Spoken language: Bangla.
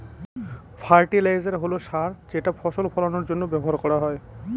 ফার্টিলাইজার হল সার যেটা ফসল ফলানের জন্য ব্যবহার করা হয়